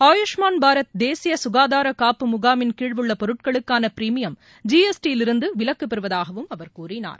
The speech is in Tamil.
ஆயுஷ்மாள் பாரத் தேசிய சுகாதார காப்பு முகாமின் கீழ் உள்ள பொருட்களுக்கான பிரிமியம் ஜிஎஸ்டியிலிருந்து விலக்குப் பெறுவதாகவும் அவர் கூறினார்